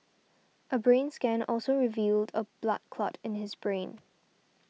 a brain scan also revealed a blood clot in his brain